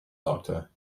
doctor